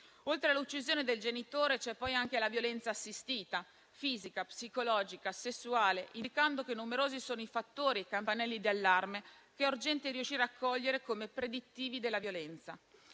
Oltre all'uccisione del genitore, c'è poi anche la violenza assistita, fisica, psicologica, sessuale, indicando che numerosi sono i fattori e i campanelli di allarme che è urgente riuscire a cogliere come predittivi della violenza.